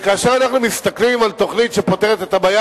כאשר אנחנו מסתכלים על תוכנית שפותרת את הבעיה,